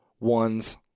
one's